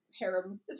harem